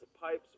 pipes